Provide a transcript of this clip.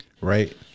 right